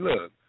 look